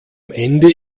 ende